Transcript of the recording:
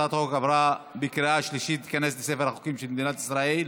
הצעת החוק עברה בקריאה שלישית ותיכנס לספר החוקים של מדינת ישראל.